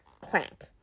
clank